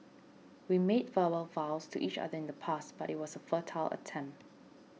we made verbal vows to each other in the past but it was a futile attempt